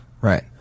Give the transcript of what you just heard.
Right